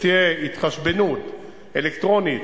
ותהיה התחשבנות אלקטרונית,